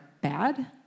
bad